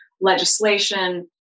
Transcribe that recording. legislation